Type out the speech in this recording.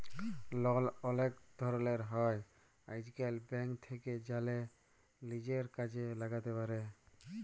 লল অলেক ধরলের হ্যয় আইজকাল, ব্যাংক থ্যাকে জ্যালে লিজের কাজে ল্যাগাতে পার